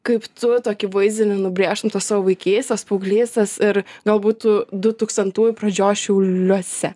kaip turi tokį vaizdinį nubrėžtum tos savo vaikystės paauglystės ir galbūt tų dutūkstantųjų pradžios šiauliuose